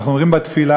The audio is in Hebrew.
שאנחנו אומרים בתפילה,